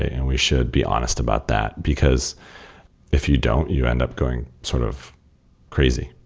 and we should be honest about that. because if you don't, you end up going sort of crazy.